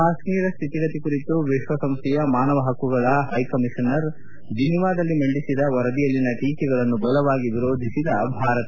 ಕಾಶ್ವೀರ ಸ್ನಿತಿಗತಿ ಕುರಿತು ವಿಶ್ವಸಂಸ್ಥೆಯ ಮಾನವ ಹಕ್ಕುಗಳ ಹೈಕಮೀಷನರ್ ಜನಿವಾದ ಯುಎನ್ಎಚ್ಸಿಆರ್ನಲ್ಲಿ ಮಂಡಿಸಿದ ವರದಿಯಲ್ಲಿನ ಟೀಕೆಗಳನ್ನು ಬಲವಾಗಿ ವಿರೋಧಿಸಿದ ಭಾರತ